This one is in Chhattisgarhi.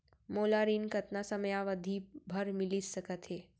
मोला ऋण कतना समयावधि भर मिलिस सकत हे?